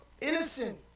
innocent